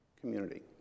Community